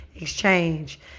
Exchange